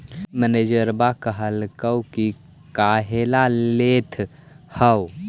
मैनेजरवा कहलको कि काहेला लेथ हहो?